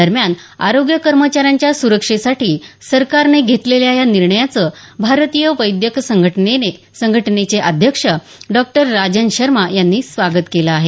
दरम्यान आरोग्य कर्मचऱ्यांच्या सुरक्षेसाठी सरकारने घेतलेल्या या निर्णयाचं भारतीय वैद्यक संघटनेचे अध्यक्ष डॉ राजन शर्मा यांनी स्वागत केलं आहे